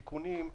תיקונים,